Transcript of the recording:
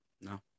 no